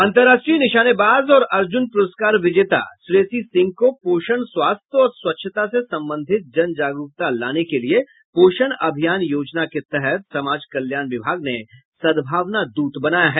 अन्तर्राष्ट्रीय निशानेबाज और अर्जुन पुरस्कार विजेता श्रेयसी सिंह को पोषण स्वास्थ्य और स्वच्छता से संबंधित जन जागरूकता लाने के लिए पोषण अभियान योजना के तहत समाज कल्याण विभाग ने सद्भावना दूत बनाया है